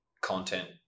content